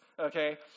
okay